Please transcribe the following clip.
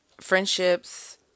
friendships